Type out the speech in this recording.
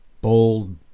Bold